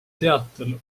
teatel